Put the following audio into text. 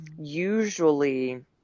usually